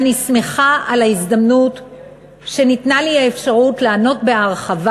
אני שמחה על ההזדמנות שניתנה לי לענות בהרחבה.